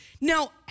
Now